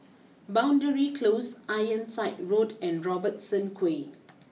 boundary close Ironside Road and Robertson Quay